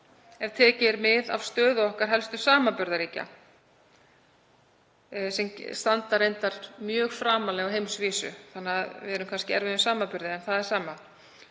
ef tekið er mið af stöðu okkar helstu samanburðarríkja, sem standa reyndar mjög framarlega á heimsvísu þannig að við erum kannski í erfiðum samanburði. Á það ekki